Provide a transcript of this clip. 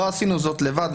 לא עשינו זאת לבד,